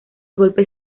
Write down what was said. golpe